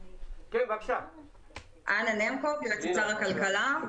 אני אנה נמקוב, יועצת שר הכלכלה.